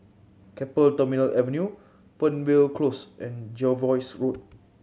Keppel Terminal Avenue Fernvale Close and Jervois Road